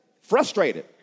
frustrated